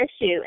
issue